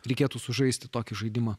reikėtų sužaisti tokį žaidimą